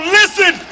listen